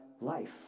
life